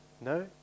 No